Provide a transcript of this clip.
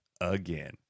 again